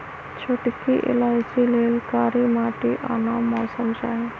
छोटकि इलाइचि लेल कारी माटि आ नम मौसम चाहि